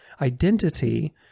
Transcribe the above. identity